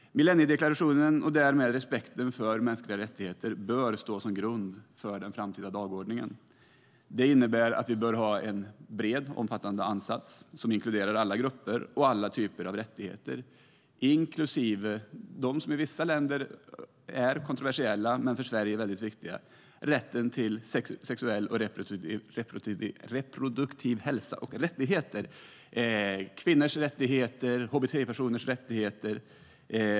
Millenniedeklarationen och därmed respekten för mänskliga rättigheter bör stå som grund för den framtida dagordningen. Det innebär att vi bör ha en bred och omfattande ansats som inkluderar alla grupper och alla typer av rättigheter, inklusive de rättigheter som för vissa länder är kontroversiella men för Sverige väldigt viktiga, som rätten till sexuell och reproduktiv hälsa, kvinnors rättigheter och hbt-personers rättigheter.